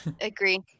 Agree